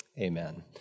Amen